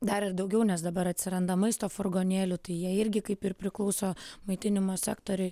dar ir daugiau nes dabar atsiranda maisto furgonėlių tai jie irgi kaip ir priklauso maitinimo sektoriui